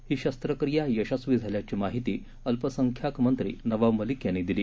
ही शस्त्रक्रिया यशस्वी झाल्याची माहिती अल्पसंख्याक मंत्री नवाब मलिक यांनी दिली